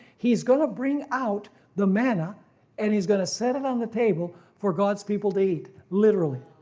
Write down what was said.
he is going to bring out the manna and he's going to set it on the table for god's people to eat literally.